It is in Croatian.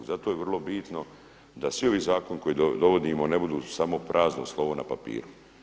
Zato je vrlo bitno da svi ovi zakoni koje dovodimo ne budu samo prazno slovo na papiru.